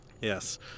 Yes